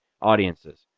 audiences